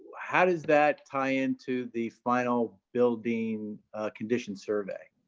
how does that tie into the final building condition survey?